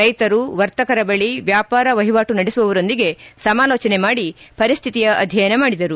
ರೈತರು ವರ್ತಕರ ಬಳಿ ವ್ಲಾಪಾರ ವಹಿವಾಟು ನಡೆಸುವವರೊಂದಿಗೆ ಸಮಾಲೋಚನೆ ಮಾಡಿ ಪರಿಸ್ತಿತಿಯ ಅಧ್ಯಯನ ಮಾಡಿದರು